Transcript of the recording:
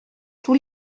tous